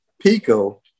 Pico